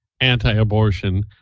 anti-abortion